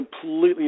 completely